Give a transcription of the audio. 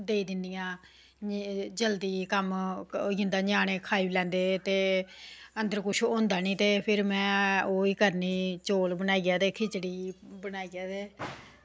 देई दिन्नी आं ते जल्दी कम्म होई जंदा ञ्यानें खाई लैंदे ते अंदर कुछ होंदा निं ते फिर में ओह् ई करनी चौल बनाइयै ते खिचड़ी बनाइयै देई दिन्नी ञ्यानें गी